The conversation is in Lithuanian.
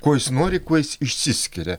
kuo jis nori kuo jis išsiskiria